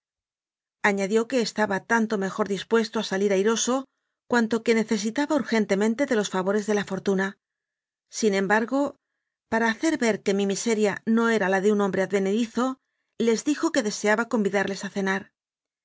añadió que estaba tanto mejor dis puesto a salir airoso cuanto que necesitaba ur gentemente de los favores de la fortuna sin em bargo para hacer ver que mi miseria no era la le un hombre advenedizo les dijo que deseaba con vidarlos a cenar